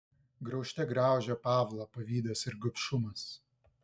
graužte graužė pavlą pavydas ir gobšumas